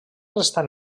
estan